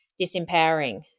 disempowering